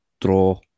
draw